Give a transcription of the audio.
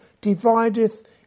divideth